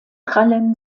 krallen